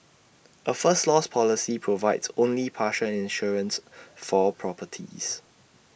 A first loss policy provides only partial insurance for properties